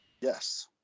yes